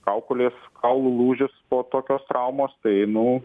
kaukolės kaulų lūžis po tokios traumos tai nu